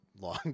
long